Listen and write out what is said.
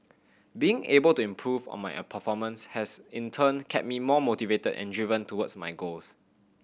being able to improve on my performance has in turn kept me more motivated and driven towards my goals